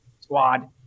squad